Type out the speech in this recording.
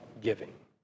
giving